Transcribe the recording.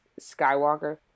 Skywalker